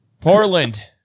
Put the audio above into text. Portland